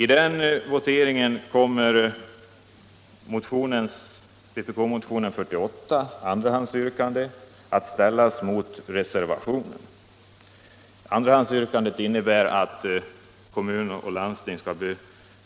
I den voteringen kommer andrahandsyrkandet i vpk-motionen 1975/76:48 att ställas mot reservationen. Andrahandsyrkandet innebär att kommuner och landsting skall